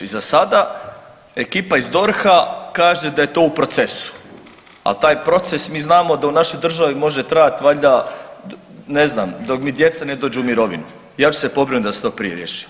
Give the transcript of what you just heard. Za sada ekipa iz DORH-a kaže da je to u procesu, a taj proces mi znamo da u našoj državi može trajat valjda ne znam dok mi djeca ne dođu u mirovinu, ja ću se pobrinuti da se to prije riješi.